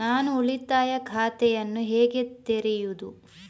ನಾನು ಉಳಿತಾಯ ಖಾತೆಯನ್ನು ಹೇಗೆ ತೆರೆಯುದು?